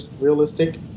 realistic